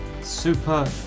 Super